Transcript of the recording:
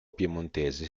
piemontese